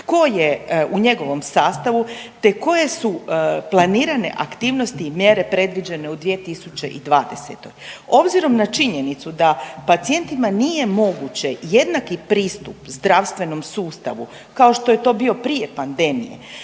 koje su planirane aktivnosti i mjere predviđene u 2020.? Obzirom na činjenicu da pacijentima nije moguće jednaki pristup zdravstvenom sustavu kao što je to bio prije pandemije,